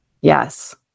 yes